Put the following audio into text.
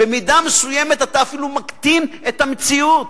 במידה מסוימת אתה אפילו מקטין את המציאות.